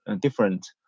different